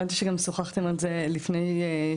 הבנתי שגם שוחחתם על זה לפני שהגעתי.